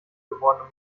geworden